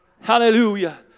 Hallelujah